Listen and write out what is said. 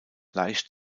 leicht